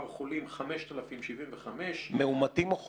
החולים הוא 5,075. מאומתים או חולים?